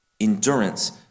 endurance